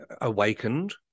awakened